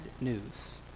news